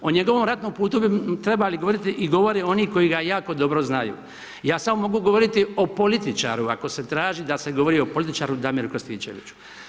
O njegovom ratnom putu bi trebali govoriti i govore oni koja ga jako dobro znaju, ja samo mogu govoriti o političaru ako se traži da se govori o političaru Damiru Krstičeviću.